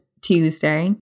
Tuesday